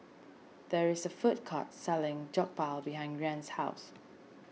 there is a food court selling Jokbal behind Rian's house